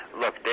look